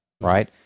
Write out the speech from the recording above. right